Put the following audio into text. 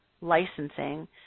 licensing